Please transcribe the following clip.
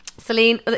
Celine